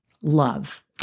love